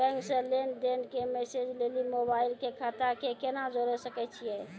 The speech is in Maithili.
बैंक से लेंन देंन के मैसेज लेली मोबाइल के खाता के केना जोड़े सकय छियै?